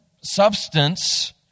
substance